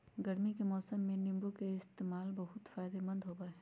गर्मी के मौसम में नीम्बू के इस्तेमाल बहुत फायदेमंद होबा हई